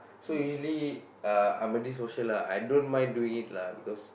so usually uh I'm antisocial lah I don't mind doing it lah because